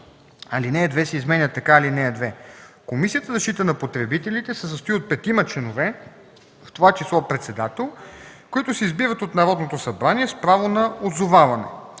Алинея 2 се изменя така: (2) Комисията за защита на потребителите се състои от петима членове, в това число председател, които се избират от Народното събрание с право на отзоваване.